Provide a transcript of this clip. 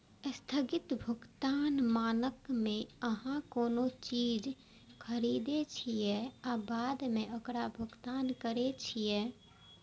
स्थगित भुगतान मानक मे अहां कोनो चीज खरीदै छियै आ बाद मे ओकर भुगतान करै छियै